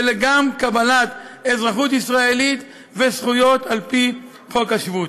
וגם לקבלת אזרחות ישראלית וזכויות על פי חוק השבות.